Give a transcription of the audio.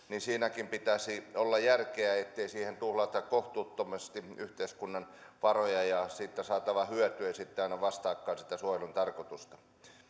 pitäisi olla järkeä ettei siihen tuhlata kohtuuttomasti yhteiskunnan varoja ja siitä saatava hyöty ei sitten aina vastaakaan sitä suojelun tarkoitusta